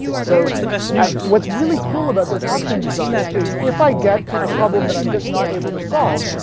so and what's really cool about this auction design is if i get a problem that i'm just not able to solve,